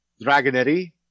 Dragonetti